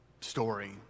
story